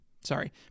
sorry